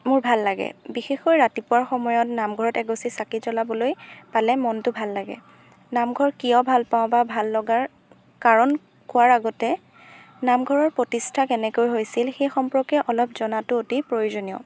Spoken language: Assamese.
মোৰ ভাল লাগে বিশেষকৈ ৰাতিপুৱাৰ সময়ত নামঘৰত এগছি চাকি জ্বলাবলৈ পালে মনটো ভাল লাগে নামঘৰ কিয় ভাল পাওঁ বা ভাল লগাৰ কাৰণ কোৱাৰ আগতে নামঘৰৰ প্ৰতিষ্ঠা কেনেকৈ হৈছিল সেই সম্পৰ্কে অলপ জনাটো অতি প্ৰয়োজনীয়